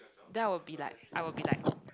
that will be like I will be like